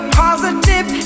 positive